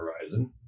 horizon